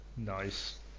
Nice